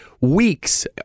weeks